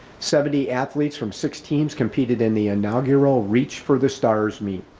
seventy athletes from six teams competed in the inaugural reach for the stars meet.